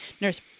nurse